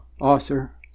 author